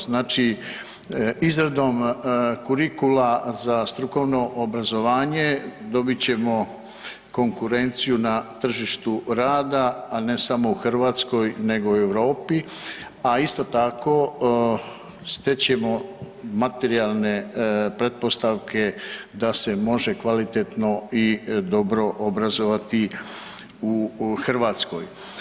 Znači izradom kurikula za strukovno obrazovanje dobit ćemo konkurenciju na tržištu rada, a ne samo u Hrvatskoj, nego i u Europi, a isto tako steći ćemo materijalne pretpostavke da se može kvalitetno i dobro obrazovati u Hrvatskoj.